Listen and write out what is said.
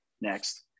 next